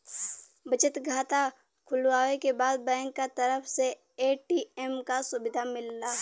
बचत खाता खुलवावे के बाद बैंक क तरफ से ए.टी.एम क सुविधा मिलला